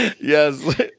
yes